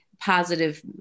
positive